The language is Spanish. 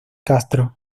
castro